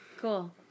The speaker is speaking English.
Cool